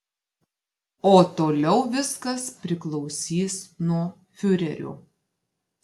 o toliau viskas priklausys nuo fiurerio